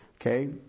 Okay